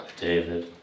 David